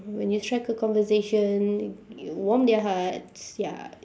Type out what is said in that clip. when you strike a conversation you warm their hearts ya